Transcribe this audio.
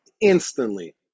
instantly